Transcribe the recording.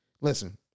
Listen